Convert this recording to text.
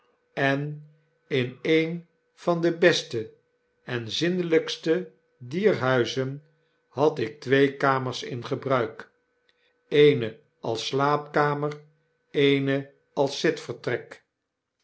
en in een van de beste en zindeljjkste dier huizen had ik twee kamers in gebruik eene als slaapkamer eene